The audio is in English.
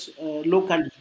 locally